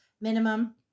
minimum